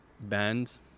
bands